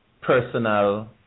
personal